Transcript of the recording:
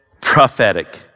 prophetic